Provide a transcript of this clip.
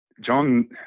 John